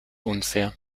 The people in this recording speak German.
unfair